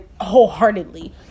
wholeheartedly